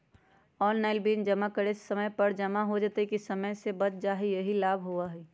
Online bill जमा करे से समय पर जमा हो जतई और समय भी बच जाहई यही लाभ होहई?